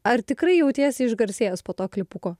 ar tikrai jautiesi išgarsėjęs po to klipuko